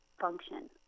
function